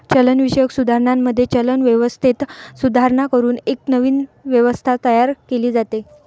चलनविषयक सुधारणांमध्ये, चलन व्यवस्थेत सुधारणा करून एक नवीन व्यवस्था तयार केली जाते